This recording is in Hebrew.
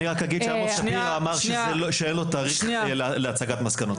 אני רק אגיד שעמוס שפירא אמר שאין לו תאריך להצגת מסקנות.